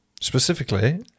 Specifically